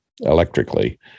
electrically